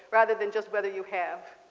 rather than just whether you have?